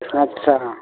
अच्छा